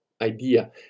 idea